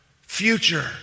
future